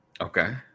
Okay